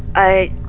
i.